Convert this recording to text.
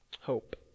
Hope